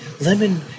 lemon